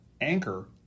Anchor